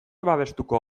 babestuko